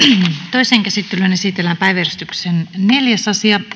toiseen käsittelyyn esitellään päiväjärjestyksen neljäs asia nyt